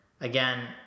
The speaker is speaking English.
Again